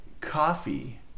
coffee